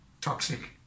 toxic